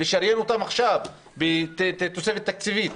לשריין אותם עכשיו כתוספת תקציבית?